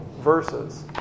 verses